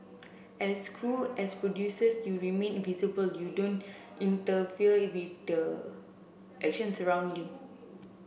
as crew as producers you remain invisible you don't interfere with the actions around you